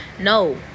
no